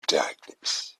darkness